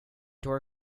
door